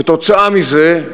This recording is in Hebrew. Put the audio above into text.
כתוצאה מזה,